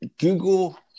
Google –